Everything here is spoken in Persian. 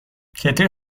کتری